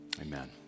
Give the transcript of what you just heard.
Amen